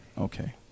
Okay